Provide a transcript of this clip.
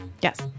Yes